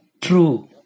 True